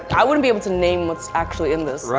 i wouldn't be able to name what's actually in this.